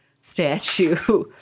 statue